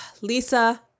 lisa